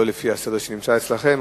לא לפי הסדר שנמצא אצלכם,